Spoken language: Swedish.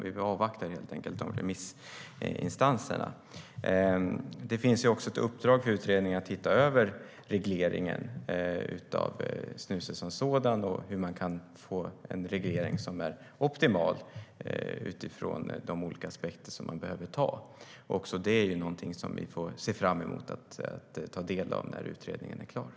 Vi avvaktar helt enkelt de remissinstanserna.